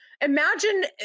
Imagine